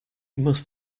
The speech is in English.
must